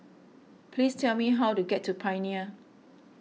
please tell me how to get to Pioneer